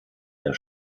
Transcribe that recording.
der